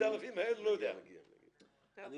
אני